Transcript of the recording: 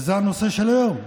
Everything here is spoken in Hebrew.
זה הנושא של היום.